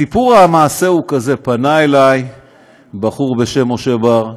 סיפור המעשה הוא כזה: פנה אלי בחור בשם משה בר,